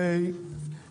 אנחנו